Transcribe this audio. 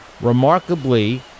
Remarkably